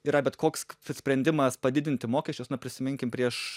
yra bet koks k sprendimas padidinti mokesčius na prisiminkim prieš